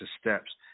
steps